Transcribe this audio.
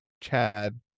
Chad